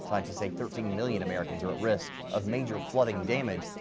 scientists say thirteen million americans are at risk of major flood and damage.